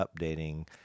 updating